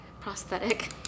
prosthetic